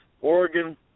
Oregon